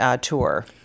tour